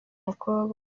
mukobwa